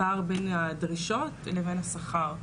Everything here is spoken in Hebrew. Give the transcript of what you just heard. הפער בין הדרישות לבין השכר.